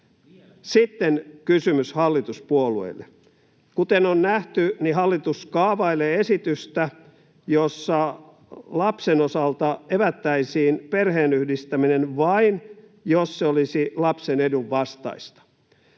Sitten kysymys hallituspuolueille. Kuten on nähty, niin hallitus kaavailee esitystä, jossa lapsen osalta evättäisiin perheenyhdistäminen vain, jos se olisi lapsen edun vastaista.